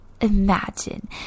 Imagine